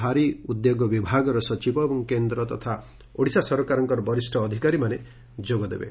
ଭାରୀ ଉଦ୍ୟୋଗ ବିଭାଗର ସଚିବ ଏବଂ କେନ୍ଦ୍ ତଥା ଓଡିଶା ସରକାରଙ୍କ ବରିଷ ଅଧିକାରୀମାନେ ଯୋଗ ଦେବେ